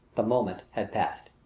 the moment had passed.